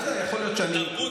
היא האחרונה לצאת מהמשבר,